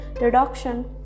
reduction